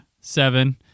seven